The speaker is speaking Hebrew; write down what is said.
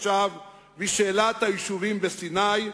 עכשיו בשאלת היישובים בסיני,